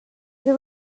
the